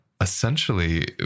essentially